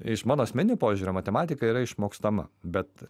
iš mano asmeninio požiūrio matematika yra išmokstama bet